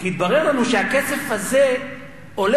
כי התברר לנו שהכסף הזה הולך,